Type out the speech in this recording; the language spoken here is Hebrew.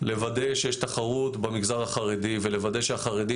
לוודא שיש תחרות במגזר החרדי ולוודא שהחרדים